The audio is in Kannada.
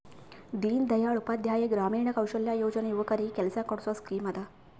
ದೀನ್ ದಯಾಳ್ ಉಪಾಧ್ಯಾಯ ಗ್ರಾಮೀಣ ಕೌಶಲ್ಯ ಯೋಜನಾ ಯುವಕರಿಗ್ ಕೆಲ್ಸಾ ಕೊಡ್ಸದ್ ಸ್ಕೀಮ್ ಅದಾ